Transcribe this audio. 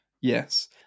Yes